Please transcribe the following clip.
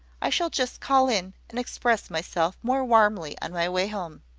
i shall just call in, and express myself more warmly on my way home.